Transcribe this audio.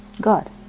God